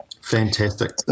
Fantastic